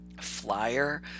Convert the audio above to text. flyer